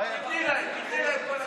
(שטח מחיה במתקני שירות הביטחון הכללי)